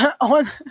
On